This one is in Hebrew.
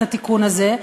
את התיקון הזה.